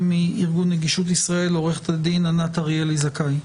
ומארגון נגישות לישראל עורכת הדין ענת אריאלי זכאי.